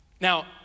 Now